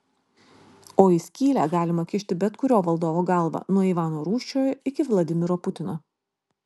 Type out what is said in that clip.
o į skylę galima kišti bet kurio valdovo galvą nuo ivano rūsčiojo iki vladimiro putino